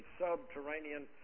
subterranean